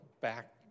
back